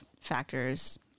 factors